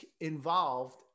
involved